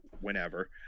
whenever